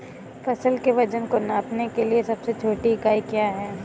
फसल के वजन को नापने के लिए सबसे छोटी इकाई क्या है?